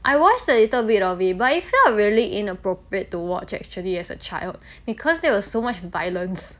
I watched a little bit of it but it felt really inappropriate to watch actually as a child because there was so much violence